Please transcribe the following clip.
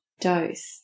dose